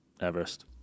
Everest